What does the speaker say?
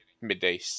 midday